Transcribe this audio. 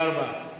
תודה רבה.